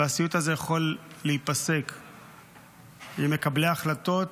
הסיוט הזה יכול להיפסק אם מקבלי ההחלטות